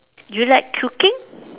do you like cooking